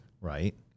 Right